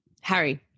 Harry